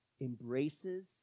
embraces